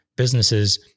Businesses